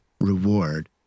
reward